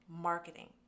marketing